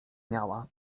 miała